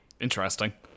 Interesting